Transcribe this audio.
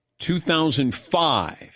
2005